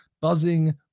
Buzzing